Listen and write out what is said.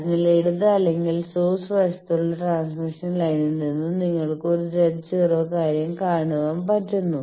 അതിനാൽ ഇടത് അല്ലെങ്കിൽ സോഴ്സ് വശത്തുള്ള ട്രാൻസ്മിഷൻ ലൈനിൽ നിന്ന് നിങ്ങൾക്ക് ഒരു Z0 കാര്യം കാണുവാൻ പറ്റുന്നു